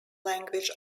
language